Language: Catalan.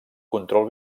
control